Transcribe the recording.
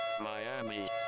Miami